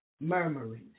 murmuring